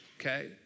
okay